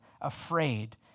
afraid